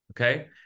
okay